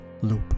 loop